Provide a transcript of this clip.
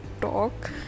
talk